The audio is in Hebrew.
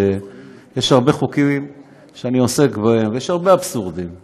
אנחנו עוברים להצעת חוק הסדרים במשק המדינה